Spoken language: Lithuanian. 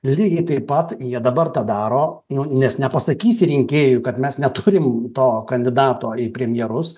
lygiai taip pat jie dabar tą daro nu nes nepasakys rinkėjui kad mes neturime to kandidato į premjerus